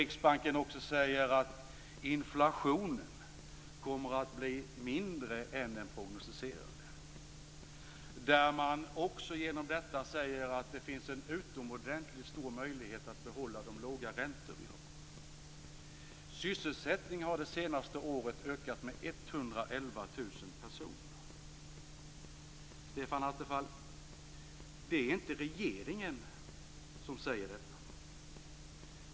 Riksbanken säger också att inflationen kommer att bli mindre än den prognostiserade. Med detta säger man också att det finns en utomordentligt stor möjlighet att behålla de låga räntor som vi har. Sysselsättningen har under det senaste året ökat med 111 000 personer. Stefan Attefall! Det är inte regeringen som säger detta.